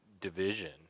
division